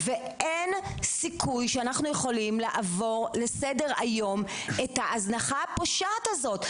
ואין סיכוי שאנחנו יכולים לעבור לסדר היום את ההזנחה הפושעת הזאת.